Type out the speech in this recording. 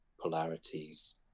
polarities